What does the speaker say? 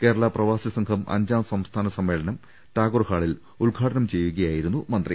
കേരള പ്രവാസിസംഘം അഞ്ചാം സംസ്ഥാന സമ്മേളനം ടാഗോർഹാളിൽ ഉദ്ഘാടനം ചെയ്യുകയാ യിരുന്നു അദ്ദേഹം